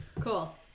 Cool